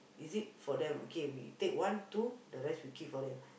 is it for them okay we take one two the rest we keep for them